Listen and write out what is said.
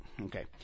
Okay